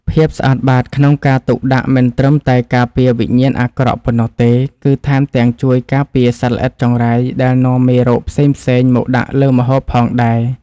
ភាពស្អាតបាតក្នុងការទុកដាក់មិនត្រឹមតែការពារវិញ្ញាណអាក្រក់ប៉ុណ្ណោះទេ គឺ ថែមទាំងជួយការពារសត្វល្អិតចង្រៃដែលនាំមេរោគផ្សេងៗមកដាក់លើម្ហូបផងដែរ។